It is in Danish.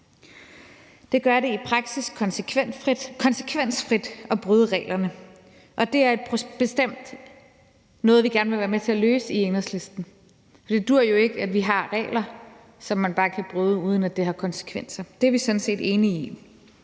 Det gør det i praksis konsekvensfrit at bryde reglerne, og det er bestemt noget, vi gerne vil være med til at løse i Enhedslisten, for det duer jo ikke, vi har regler, som man bare kan bryde, uden at det har konsekvenser – det er vi sådan set enige i.